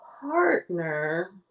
partner